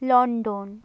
London